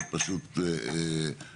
זה פשוט נורא.